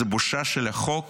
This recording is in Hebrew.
זו בושה של החוק